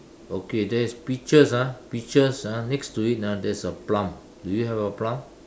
okay there is peaches ah peaches ah next to it ah there's a plum do you have a plum